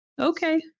okay